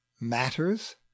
matters